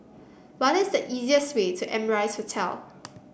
what is the easiest way to Amrise Hotel